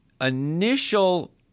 initial